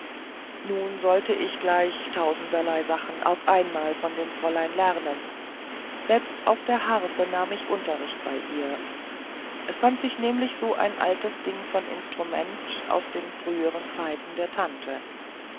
nun sollte ich gleich tausenderlei sachen auf einmal von dem fräulein lernen selbst auf der harfe nahm ich unterricht bei ihr es fand sich nämlich so ein altes ding von instrument aus den früheren zeiten der tante